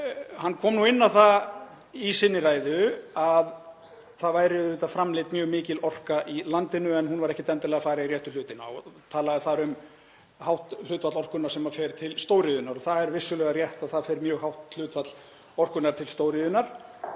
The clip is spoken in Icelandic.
Hann kom inn á það í sinni ræðu að það væri framleidd mjög mikil orka í landinu en hún væri ekkert endilega að fara í réttu hlutina og talaði þar um hátt hlutfall orkunnar sem færi til stóriðjunnar. Það er vissulega rétt að það fer mjög hátt hlutfall orkunnar til stóriðjunnar.